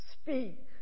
speak